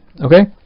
okay